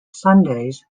sundays